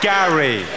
Gary